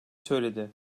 söyledi